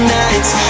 nights